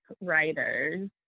writers